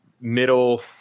middle